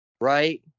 Right